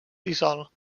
dissol